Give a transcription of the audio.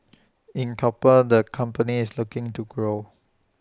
in copper the company is looking to grow